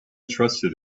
trusted